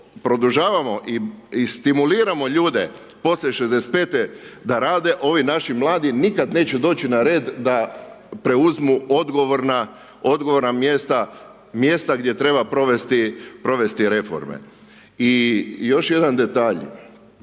produžavamo i stimuliramo ljude poslije 65.-te da rade, ovi naši mladi nikada neće doći na red da preuzmu odgovorna mjesta, mjesta gdje treba provesti reforme. I još jedan detalj,